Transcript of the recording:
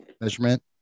measurement